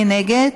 מי נגד?